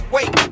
Wait